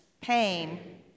pain